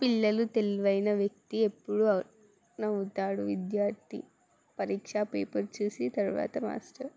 పిల్లలు తెలివైన వ్యక్తి ఎప్పుడు నవ్వుతాడు విద్యార్థి పరీక్షా పేపర్ చూసిన తర్వాత మాస్టర్